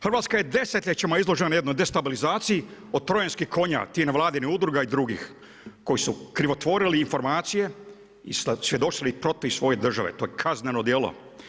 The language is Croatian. Hrvatska je desetljećima izloženoj destabilizaciji od trojanskog konja, … vladinih udruga i drugih koji su krivotvorili informacije i svjedočili protiv svoje države, to je kazneno djelo.